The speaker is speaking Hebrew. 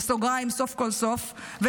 בסוגריים: סוף כל סוף,